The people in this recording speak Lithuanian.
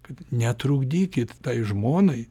kad netrukdykit tai žmonai